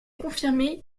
confirmé